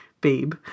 Babe